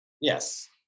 Yes